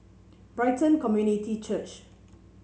Brighton Community Church